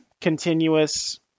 continuous